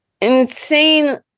insane